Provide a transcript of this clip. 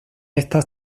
estas